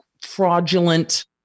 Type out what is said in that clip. fraudulent